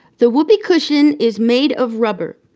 the whoopee cushion is made of rubber,